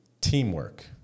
teamwork